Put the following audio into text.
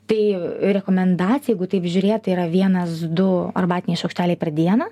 tai rekomendacija jeigu taip žiūrėt tai yra vienas du arbatiniai šaukšteliai per dieną